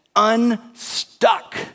unstuck